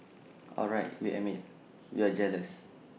all right we admit we're just jealous